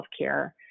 healthcare